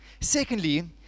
Secondly